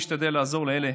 ואשתדל לעזור לאלה